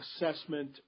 assessment